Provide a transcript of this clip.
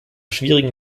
schwierigen